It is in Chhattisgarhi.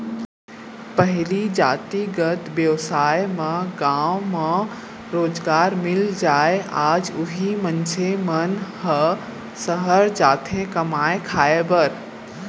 पहिली जातिगत बेवसाय म गाँव म रोजगार मिल जाय आज उही मनसे मन ह सहर जाथे कमाए खाए बर